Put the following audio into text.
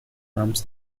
harms